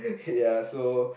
ya so